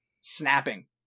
snapping